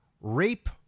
rape